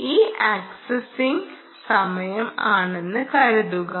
ഈ ആക്സിസ് സമയം ആണെന്ന് കരുതുക